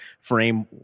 frame